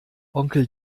onkel